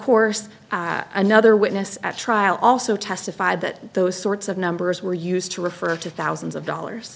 course another witness at trial also testified that those sorts of numbers were used to refer to thousands of dollars